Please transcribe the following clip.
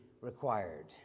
required